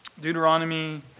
Deuteronomy